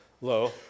low